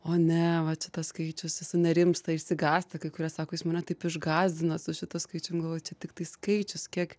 o ne va čia tas skaičius sunerimsta išsigąsta kai kurie sako jūs mane taip išgąsdinot su šituo skaičium galvoju čia tiktai skaičius kiek